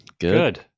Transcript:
good